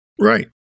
Right